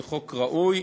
זה חוק ראוי,